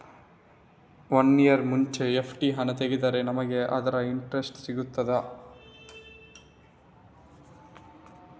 One year ಮುಂಚೆ FD ಹಣ ತೆಗೆದ್ರೆ ನಮಗೆ ಅದರ ಇಂಟ್ರೆಸ್ಟ್ ಸಿಗ್ತದ?